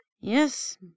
Yes